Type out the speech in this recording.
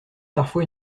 parfois